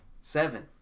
Seven